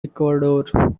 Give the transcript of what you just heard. ecuador